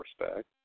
respect